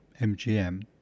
MGM